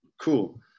cool